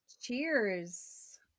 Cheers